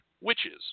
witches